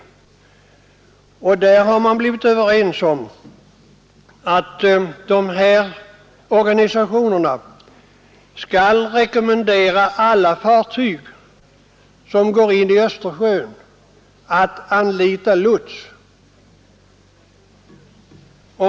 Därvid har man bl.a. kommit överens om att dessa organisationer skall rekommehdera alla fartyg som går in i Östersjön att anlita lots.